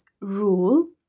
rule